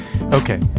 Okay